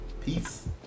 Peace